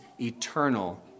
eternal